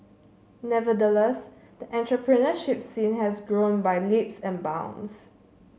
nevertheless the entrepreneurship scene has grown by leaps and bounds